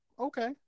Okay